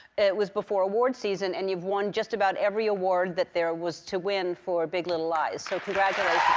it was before award season. and you've won just about every award that there was to win for big little lies. so congratulations.